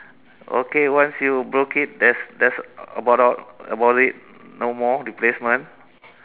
okay once you broke it that's that's about out about it no more replacement